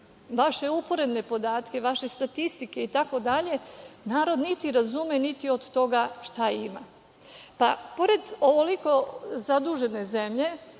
vaše uporedne podatke, vaše statistike itd. narod niti razume, niti od toga šta ima. Pored ovoliko zadužene zemlje,